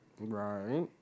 Right